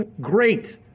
great